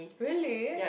really